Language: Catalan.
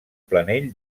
planell